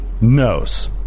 Knows